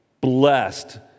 blessed